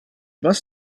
must